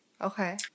Okay